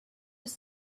was